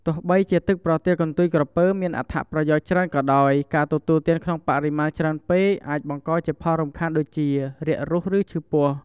ទោះបីជាទឹកប្រទាលកន្ទុយក្រពើមានអត្ថប្រយោជន៍ច្រើនក៏ដោយ ការទទួលទានក្នុងបរិមាណច្រើនពេកអាចបង្កជាផលរំខានដូចជា រាករូស ឬឈឺពោះ។